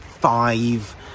Five